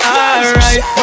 alright